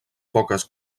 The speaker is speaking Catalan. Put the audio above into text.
poques